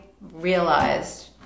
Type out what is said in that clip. realized